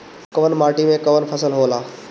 कवन माटी में कवन फसल हो ला?